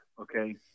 okay